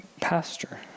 pastor